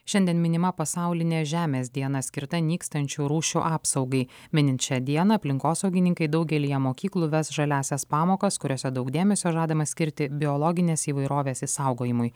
šiandien minima pasaulinė žemės diena skirta nykstančių rūšių apsaugai minint šią dieną aplinkosaugininkai daugelyje mokyklų ves žaliąsias pamokas kuriose daug dėmesio žadama skirti biologinės įvairovės išsaugojimui